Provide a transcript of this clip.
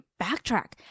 backtrack